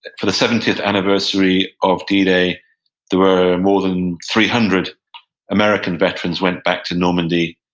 and for the seventieth anniversary of d-day there were more than three hundred american veterans went back to normandy,